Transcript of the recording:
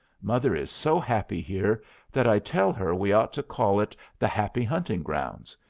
mother is so happy here that i tell her we ought to call it the happy hunting grounds,